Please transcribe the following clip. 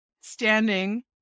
standing